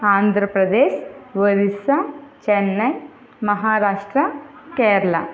Andhra Pradesh Orissa Chennai Maharashtra Kerala